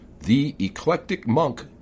TheEclecticMonk